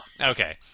Okay